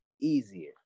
easier